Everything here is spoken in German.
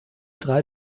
drei